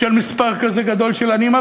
של מספר כזה גדול של עניים.